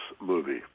movie